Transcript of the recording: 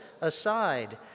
aside